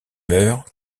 meurt